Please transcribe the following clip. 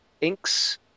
inks